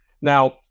Now